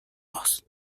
dos